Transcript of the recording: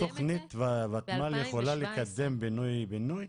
רק תכנית מהוותמ"ל יכולה לקדם פינוי-בינוי?